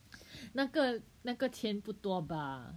那个那个钱不多吧